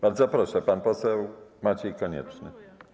Bardzo proszę, pan poseł Maciej Konieczny.